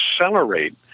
accelerate